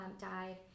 died